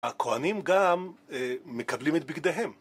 הכוהנים גם מקבלים את בגדיהם.